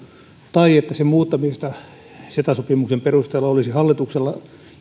tai että sen muuttamisesta ceta sopimuksen perusteella olisi hallituksella